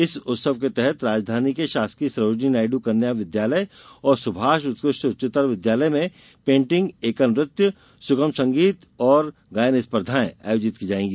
इस उत्सव के तहत राजधानी के शासकीय सरोजिनी नायडू कन्या विद्यालय और सुभाष उत्कृष्ट उच्चतर विद्यालय में पेण्टिंग एकल नृत्य सुगम संगीत और गायन स्पर्धायें आयोजित की जायेंगी